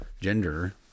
gender